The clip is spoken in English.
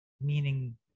meaning